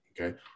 okay